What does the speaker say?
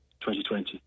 2020